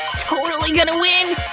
totally gonna win.